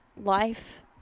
life